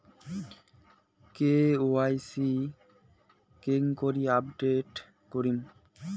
KYC কেঙ্গকরি update করিম?